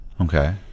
Okay